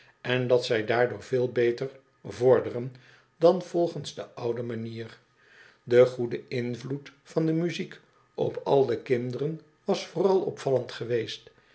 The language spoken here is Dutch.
en dat zij daardoor veel beter vorderden dan volgens do oude manier de goede invloed van de muziek op al de kinderen was vooral opvallend geweest